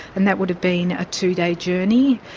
and that would have been a two-day journey,